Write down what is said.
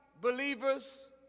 believers